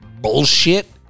bullshit